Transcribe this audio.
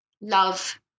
love